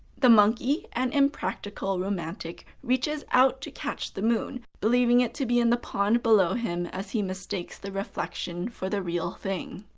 the monkey, an impractical romantic, reaches out to catch the moon, believing it to be in the pond below him as he mistakes the reflection for the real thing.